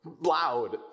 loud